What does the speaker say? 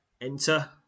Enter